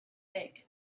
egg